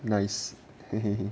nice